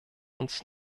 uns